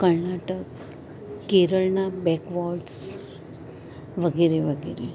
કર્ણાટક કેરળના બેકવોટર્સ વગેરે વગેરે